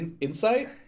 Insight